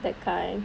that kind